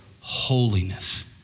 Holiness